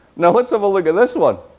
now let's have a look at this one.